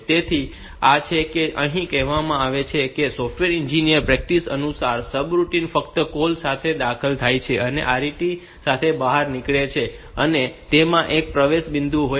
તેથી આ તે છે જે અહીં કહેવામાં આવે છે કે સોફ્ટવેર એન્જિનિયરિંગ પ્રેક્ટિસ અનુસાર સબરૂટિન ફક્ત કૉલ સાથે દાખલ થાય છે અને RET સાથે બહાર નીકળે છે અને તેમાં એક પ્રવેશ બિંદુ હોય છે